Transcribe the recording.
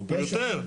הוא יותר.